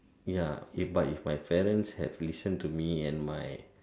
ya but if my parents had listened to me and my